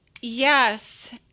yes